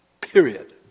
Period